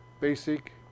basic